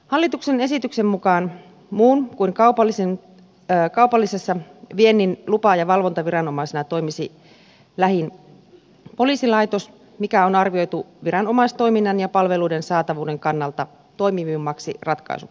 hallituksen esityksen mukaan muun kuin kaupallisessa tarkoituksessa tapahtuvan viennin lupa ja valvontaviranomaisena toimisi lähin poliisilaitos mikä on arvioitu viranomaistoiminnan ja palveluiden saatavuuden kannalta toimivimmaksi ratkaisuksi